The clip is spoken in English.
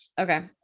Okay